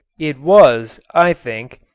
it was, i think,